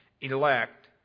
elect